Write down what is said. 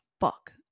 fuck